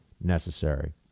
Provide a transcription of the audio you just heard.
necessary